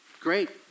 Great